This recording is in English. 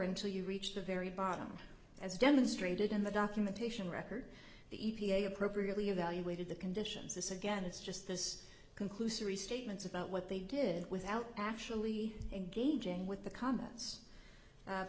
until you reach the very bottom as demonstrated in the documentation record the e p a appropriately evaluated the conditions this again it's just this conclusory statements about what they did without actually engaging with the comments